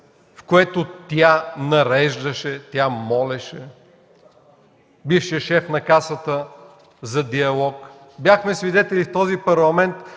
в която тя нареждаше, тя молеше бившия шеф на Касата за диалог. Бяхме свидетели в този Парламент